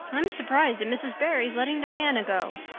i'm surprised at mrs. barry's letting diana go.